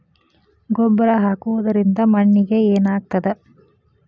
ಗೊಬ್ಬರ ಹಾಕುವುದರಿಂದ ಮಣ್ಣಿಗೆ ಏನಾಗ್ತದ?